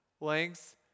lengths